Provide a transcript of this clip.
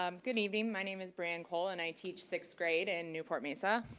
um good evening. my name is briane cole and i teach sixth grade in newport mesa.